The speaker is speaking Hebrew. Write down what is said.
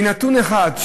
מנתון אחד,